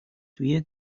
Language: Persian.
توی